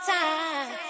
time